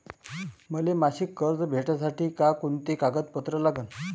मले मासिक कर्ज भेटासाठी का कुंते कागदपत्र लागन?